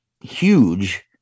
huge